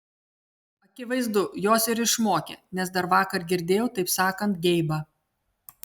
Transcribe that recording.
akivaizdu jos ir išmokė nes dar vakar girdėjau taip sakant geibą